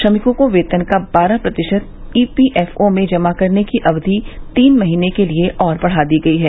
श्रमिकों के वेतन का बारह प्रतिशत ई पी एफ ओ में जमा कराने की अवधि तीन महीने के लिए और बढा दी गई है